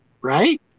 right